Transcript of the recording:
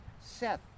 Seth